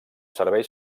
serveis